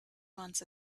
months